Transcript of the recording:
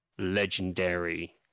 legendary